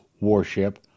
warship